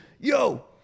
yo